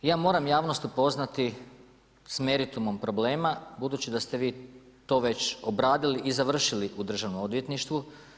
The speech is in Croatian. Ja moram javnost upoznati s meritumom problema, budući da ste vi to već obradili i završili u državnom odvjetništvu.